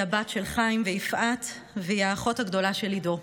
היא הבת של חיים ויפעת והיא האחות הגדולה של עידו.